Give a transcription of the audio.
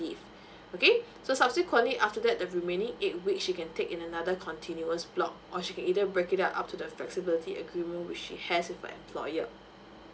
okay so subsequently after that the remaining eight week she can take in another continuous block or she either break it up to the flexibility agreement which she has with her employer